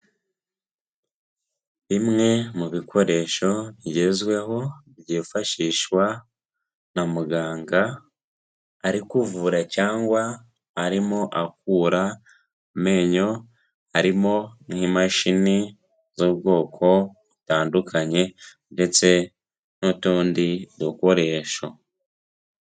Bimwe mu bikoresho bigezweho, byifashishwa na muganga ari kuvura cyangwa arimo akura amenyo, harimo nk'imashini z'ubwoko butandukanye, ndetse n'utundi dukoresho.